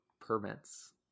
permits